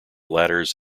ladders